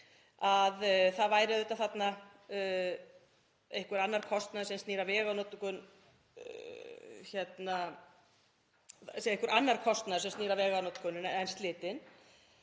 að það væri auðvitað þarna einhver annar kostnaður sem snýr að veganotkun en slitin